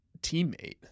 teammate